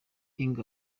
eng